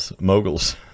moguls